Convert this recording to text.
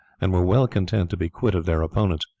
and were well content to be quit of their opponents,